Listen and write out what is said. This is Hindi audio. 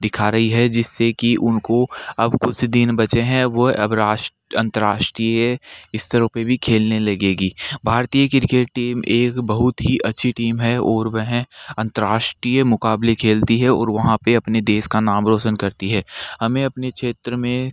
दिखा रही है जिससे कि उनको अब कुछ ही दिन बचे हैं वो अब राष्ट्र अन्तर्राष्ट्रीय स्तरों पे भी खेलने लगेगी भारतीय क्रिकेट टीम एक बहुत ही अच्छी टीम है और वह अन्तर्राष्ट्रीय मुकाबले खेलती है और वहाँ पर अपने देश का नाम रौशन करती है हमें अपने क्षेत्र में